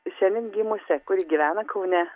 šiandien gimusią kuri gyvena kaune